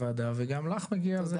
הוועדה הזו וגם לך מגיע על זה את הברכות.